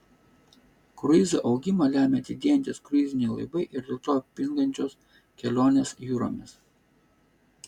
kruizų augimą lemia didėjantys kruiziniai laivai ir dėl to pingančios kelionės jūromis